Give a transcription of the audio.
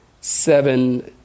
seven